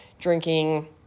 drinking